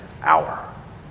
hour